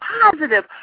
positive